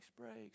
breaks